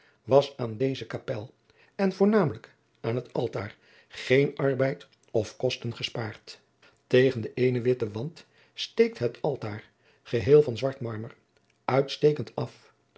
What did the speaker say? was aan deze kapel en voornamelijk aan het altaar geen arbeid of kosten gespaard tegen den eenen witten wand steekt het altaar geheel van zwart marmer uitstekend af